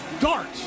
dart